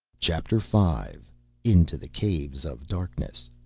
chapter five into the caves of darkness